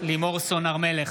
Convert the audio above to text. לימור סון הר מלך,